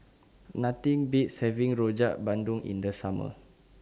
Nothing Beats having Rojak Bandung in The Summer